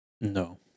no